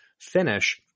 finish